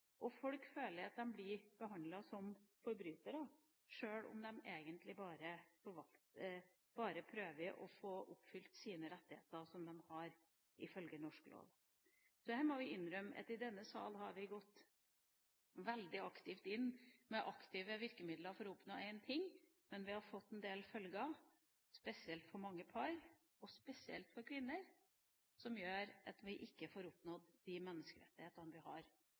Folk føler de blir behandlet som forbrytere, sjøl om de egentlig bare prøver å få oppfylt sine rettigheter, som de har ifølge norsk lov. Her må vi innrømme at vi i denne salen har gått veldig aktivt inn med aktive virkemidler for å oppnå én ting, men det har fått en del følger, spesielt for mange par, og spesielt for kvinner, som gjør at vi ikke oppnår å følge menneskerettighetene. – Det er de spørsmålene jeg har